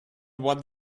what